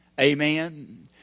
Amen